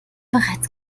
bereits